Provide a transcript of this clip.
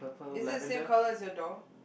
is it same colour as your door